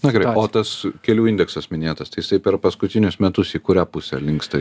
na gerai o tas kelių indeksas minėtas tai jisai per paskutinius metus į kurią pusę linksta